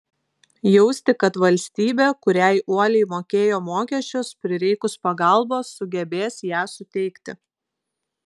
jausti kad valstybė kuriai uoliai mokėjo mokesčius prireikus pagalbos sugebės ją suteikti